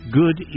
good